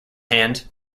hand